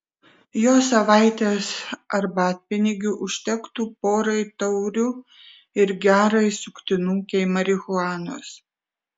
jos savaitės arbatpinigių užtektų porai taurių ir gerai suktinukei marihuanos